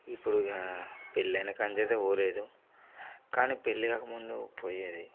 ఇప్పుడు ఇక పెళ్ళైన కాడ్నుంచి అయితే పోలేదు కానీ పెళ్లికాక ముందు పోయేది